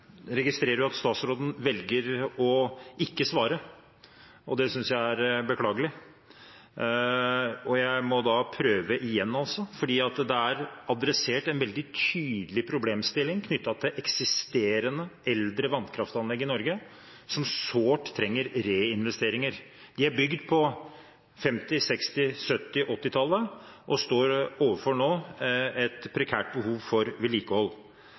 synes jeg er beklagelig, og jeg må da prøve igjen, fordi det er adressert en veldig tydelig problemstilling knyttet til eksisterende eldre vannkraftanlegg i Norge, som sårt trenger reinvesteringer. De er bygd på 1950-, 1960-, 1970- og 1980-tallet og står nå overfor et prekært behov for vedlikehold.